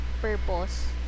purpose